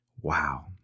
wow